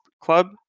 club